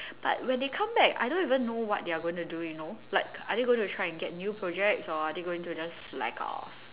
but when they come back I don't even know what they're going to do you know like are they going to try to get new projects or are they going to just slack off